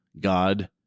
God